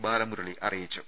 ബാലമുരളി അറിയിച്ചു